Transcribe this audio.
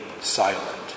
silent